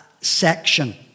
section